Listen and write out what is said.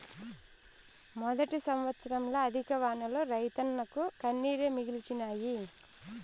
మొదటి సంవత్సరంల అధిక వానలు రైతన్నకు కన్నీరే మిగిల్చినాయి